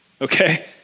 Okay